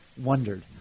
wondered